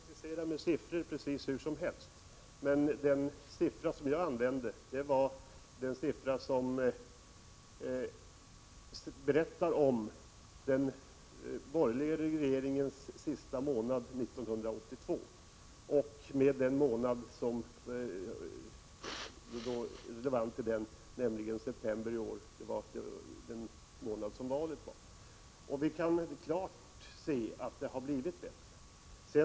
Herr talman! Elver Jonsson kan exercera hur han vill med siffrorna, men den siffra jag använde avsåg läget den månad som svarar mot sista månaden 1982 av den borgerliga regeringstiden, nämligen september i år, då valet genomfördes. Vi kan i det sammanhanget klart se att läget har blivit bättre.